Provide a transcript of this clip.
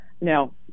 Now